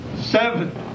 seven